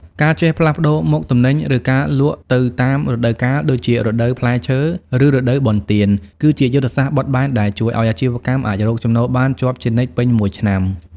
ការចេះផ្លាស់ប្តូរមុខទំនិញ ឬការលក់ទៅតាមរដូវកាល ដូចជារដូវផ្លែឈើ ឬរដូវបុណ្យទាន គឺជាយុទ្ធសាស្ត្របត់បែនដែលជួយឱ្យអាជីវកម្មអាចរកចំណូលបានជាប់ជានិច្ចពេញមួយឆ្នាំ។